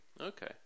okay